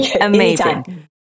amazing